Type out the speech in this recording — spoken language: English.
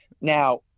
Now